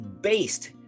based